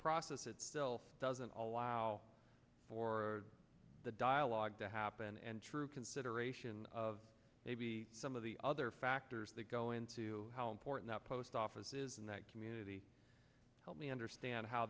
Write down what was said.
process itself doesn't allow for the dialogue to happen and true consideration of maybe some of the other factors that go into how important the post office is in that community help me understand how